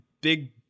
big